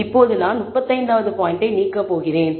இப்போது நான் 35 வது பாயின்ட்டை நீக்க போகிறேன்